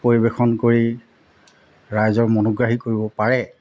পৰিৱেশন কৰি ৰাইজক মনোগ্ৰাহী কৰিব পাৰে